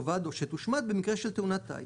או שתאבד או שתושמד במקרה של תאונת טיס,